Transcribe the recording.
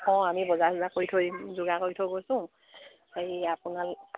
অঁ আমি বজাৰ চজাৰ কৰি যোগাৰ কৰি থৈ গৈছোঁ